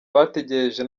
bategereje